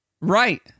Right